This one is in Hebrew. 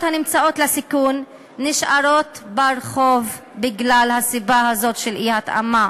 הנמצאות בסיכון נשארות ברחוב בגלל הסיבה הזאת של אי-התאמה,